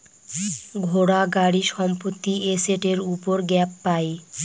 ঘোড়া, গাড়ি, সম্পত্তি এসেটের উপর গ্যাপ পাই